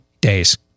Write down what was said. days